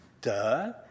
Duh